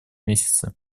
месяце